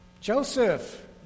Joseph